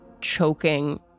choking